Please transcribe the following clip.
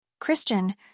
Christian